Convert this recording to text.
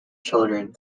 children